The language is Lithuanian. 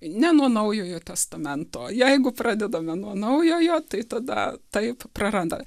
ne nuo naujojo testamento jeigu pradedame nuo naujojo tai tada taip praranda